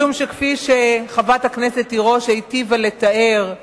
משום שכפי שחברת הכנסת תירוש היטיבה לתאר,